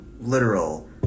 literal